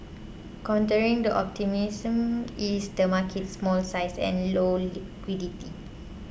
countering the optimism is the market's small size and low liquidity